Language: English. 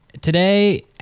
Today